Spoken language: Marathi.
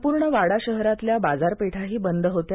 संपूर्ण वाडा शहरातल्या बाजारपेठाही बंद होत्या